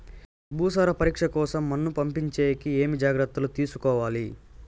భూసార పరీక్ష కోసం మన్ను పంపించేకి ఏమి జాగ్రత్తలు తీసుకోవాలి?